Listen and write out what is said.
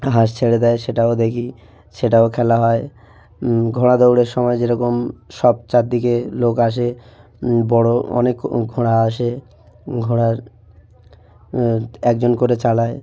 হাঁস ছেড়ে দেয় সেটাও দেখি সেটাও খেলা হয় ঘোড়া দৌড়ের সময় যেরকম সব চারদিকে লোক আসে বড়ো অনেক ঘোড়া আসে ঘোড়ার একজন করে চালায়